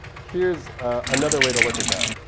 here's another way to look at that.